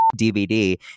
DVD